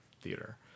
theater